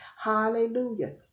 Hallelujah